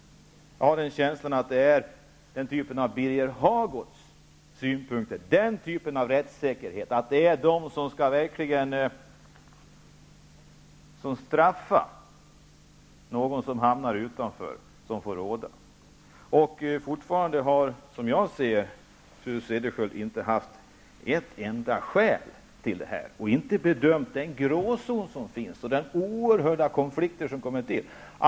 Jag har en känsla av att det är fråga om den typ av synpunkter på rättsäkerheten som Birger Hagård har, att man skall straffa den som hamnar utanför. Fortfarande har fru Cederschiöld inte angett ett enda skäl för detta, inte bedömt den gråzon som finns och de oerhörda konflikter som kommer att uppstå.